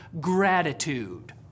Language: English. gratitude